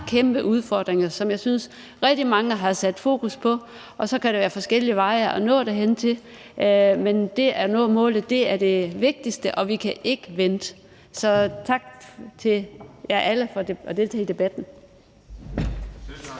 kæmpe udfordringer, som jeg synes der er rigtig mange der har sat fokus på. Så kan der være forskellige veje at nå derhen til, men det at nå målet er det vigtigste, og vi kan ikke vente. Så tak til jer alle for at deltage i debatten.